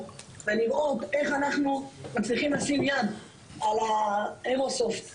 ולראות איך אנחנו מצליחים לשים יד על האיירסופט המוסבים.